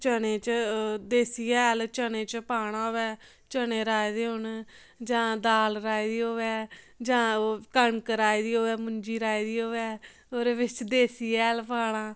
चने च देसी हैल चने च पाना होऐ चने राहे दे होन जां दाल राही दी होऐ जां ओह् कनक राही दी होऐ मुंजी राही दी होऐ ओह्दे बिच्च देस हैल पाना